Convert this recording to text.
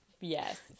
Yes